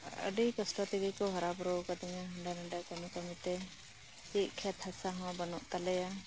ᱟᱰᱤ ᱠᱚᱥᱴᱚ ᱛᱮᱜᱮ ᱠᱚ ᱦᱟᱨᱟ ᱵᱩᱨᱩ ᱟᱠᱟᱫᱤᱧᱟ ᱦᱟᱸᱰᱮ ᱱᱟᱸᱰᱮ ᱠᱟᱢᱤ ᱠᱟᱢᱤᱛᱮ ᱪᱮᱫ ᱠᱷᱮᱛ ᱦᱟᱥᱟ ᱦᱚᱸ ᱵᱟᱱᱩᱜ ᱛᱟᱞᱮᱭᱟ